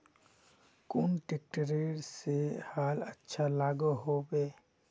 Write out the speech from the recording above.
कुन ट्रैक्टर से हाल अच्छा लागोहो होबे?